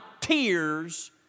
tears